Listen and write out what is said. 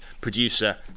Producer